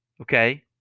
Okay